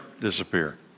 disappear